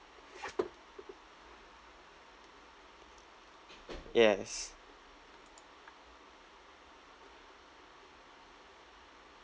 yes